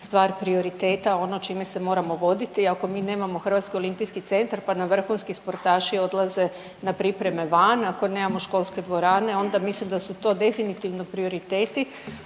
stvar prioriteta ono čime se moramo voditi. Ako mi nemamo Hrvatski olimpijski centar, pa nam vrhunski sportaši odlaze na pripreme van, ako nemamo školske dvorane onda mislim da su to definitivno prioriteti